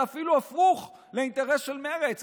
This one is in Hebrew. זה אפילו הפוך מהאינטרס של מרצ,